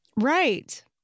Right